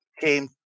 came